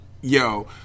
yo